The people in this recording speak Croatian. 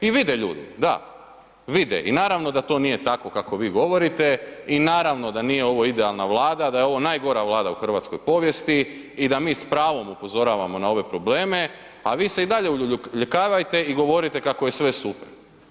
I vide ljudi, da, vide i naravno da to nije tako kako vi govorite i naravno da nije ovo idealna Vlada, da je ovo najgora Vlada u hrvatskoj povijesti i da mi s pravom upozoravamo na ove probleme, a vi se dalje uljuljkavajte i govorite kako je sve super.